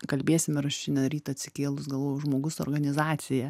kalbėsim ir aš šiandien rytą atsikėlus galvojau žmogus organizacija